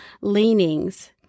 leanings